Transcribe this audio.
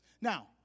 Now